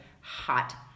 hot